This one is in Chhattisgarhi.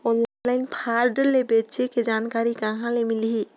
ऑनलाइन फ्राड ले बचे के जानकारी कहां ले मिलही?